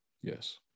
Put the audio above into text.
yes